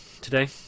today